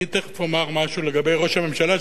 אני תיכף אומר משהו לגבי ראש הממשלה,